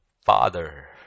father